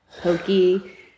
Pokey